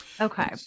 Okay